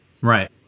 Right